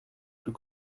plus